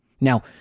Now